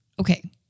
okay